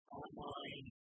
online